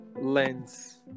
lens